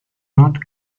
not